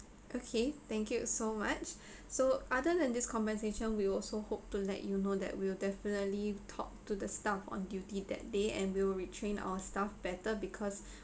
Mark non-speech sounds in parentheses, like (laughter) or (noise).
okay thank you so much (breath) so other than this compensation we also hope to let you know that we'll definitely talk to the staff on duty that day and will retrain our stuff better because (breath)